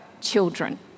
children